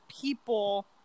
people